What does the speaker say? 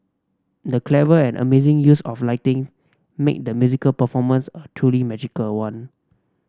the clever and amazing use of lighting made the musical performance a truly magical one